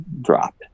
drop